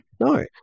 No